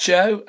Joe